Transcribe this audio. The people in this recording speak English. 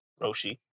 Roshi